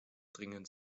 dringend